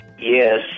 Yes